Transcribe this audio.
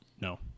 No